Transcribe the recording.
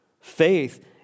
faith